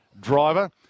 Driver